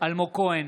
אלמוג כהן,